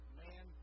man